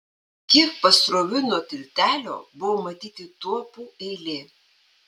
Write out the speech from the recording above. kiek pasroviui nuo tiltelio buvo matyti tuopų eilė